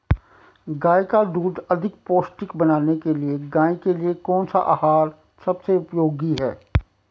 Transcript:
गाय का दूध अधिक पौष्टिक बनाने के लिए गाय के लिए कौन सा आहार सबसे उपयोगी है?